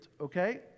okay